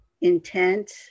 intent